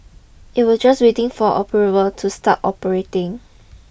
it were just waiting for approval to start operating